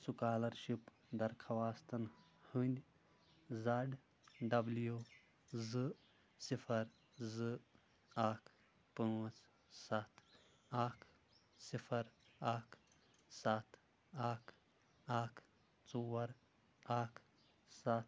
scholarship درخوٛاستَن ہنٛدۍ Z W زٕ صِفر زٕ اکھ پانٛژھ سَتھ اکھ صِفر اکھ سَتھ اَکھ اَکھ ژور اَکھ سَتھ